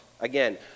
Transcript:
Again